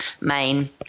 main